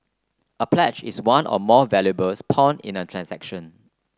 a pledge is one or more valuables pawn in a transaction